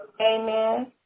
Amen